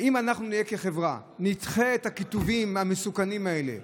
האם אנחנו כחברה נדחה את הקיטובים המסוכנים האלה?